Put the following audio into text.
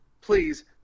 please